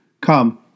Come